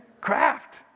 Craft